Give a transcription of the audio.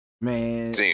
Man